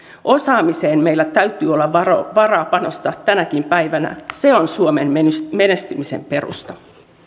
osaamiseen meillä täytyy olla varaa panostaa tänäkin päivänä se on suomen menestymisen perusta